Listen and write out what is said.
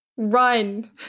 Run